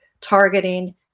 targeting